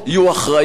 יהיו עוד דוחות,